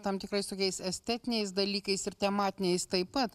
tam tikrais tokiais estetiniais dalykais ir tematiniais taip pat